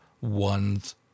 ones